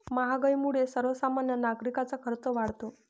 महागाईमुळे सर्वसामान्य नागरिकांचा खर्च वाढतो